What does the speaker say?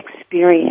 experience